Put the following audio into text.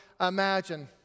imagine